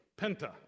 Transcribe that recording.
penta